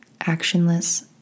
actionless